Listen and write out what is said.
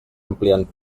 ampliant